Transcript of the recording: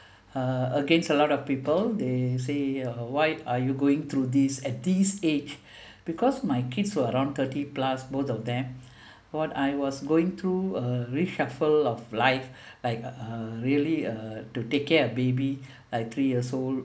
uh against a lot of people they say uh why are you going through this at this age because my kids were around thirty plus both of them what I was going through a reshuffle of life like uh really uh to take care of baby uh three years old